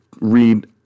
read